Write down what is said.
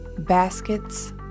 baskets